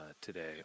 today